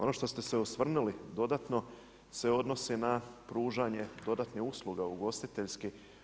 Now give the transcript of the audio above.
Ono što ste se osvrnuli dodatno se odnosi na pružanje dodatnih usluga ugostiteljski.